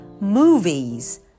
Movies